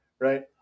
right